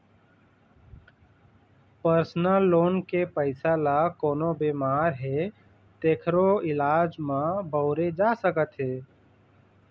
personal loan के पइसा ल कोनो बेमार हे तेखरो इलाज म बउरे जा सकत हे